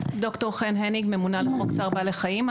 ד"ר חן הניג, ממונה על חוק צער בעלי חיים.